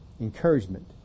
encouragement